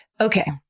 Okay